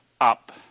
up